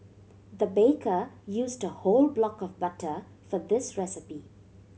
the baker used a whole block of butter for this recipe